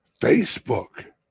Facebook